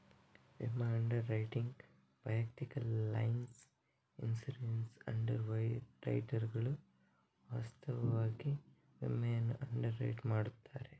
ವಿಮಾ underwriting ವೈಯಕ್ತಿಕ lines insurance ಅಂಡರ್ ರೈಟರುಗಳು ವಾಸ್ತವವಾಗಿ ವಿಮೆಯನ್ನು ಅಂಡರ್ ರೈಟ್ ಮಾಡುತ್ತಾರೆ